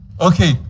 Okay